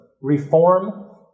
reform